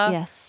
Yes